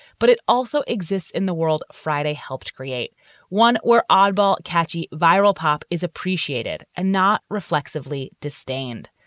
but it also exists in the world. friday helped create one or oddball, catchy viral pop is appreciated and not reflexively distained.